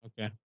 Okay